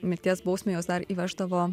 mirties bausmę juos dar įveždavo